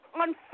on